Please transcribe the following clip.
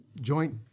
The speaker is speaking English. joint